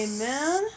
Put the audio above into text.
Amen